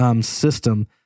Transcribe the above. System